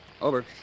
Over